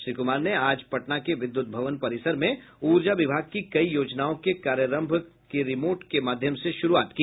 श्री कुमार ने आज पटना के विद्यूत भवन परिसर में ऊर्जा विभाग की कई योजनाओं के कार्यारंभ की रिमोट के माध्यम से शुरूआत की